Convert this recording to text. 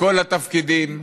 בכל התפקידים,